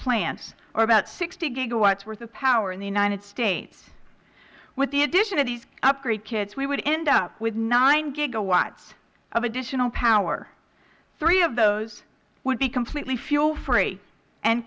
plants or about sixty gigawatts worth of power in the united states with the addition of these upgrade kits we would end up with nine gigawatts of additional power three of those would be completely fuel free and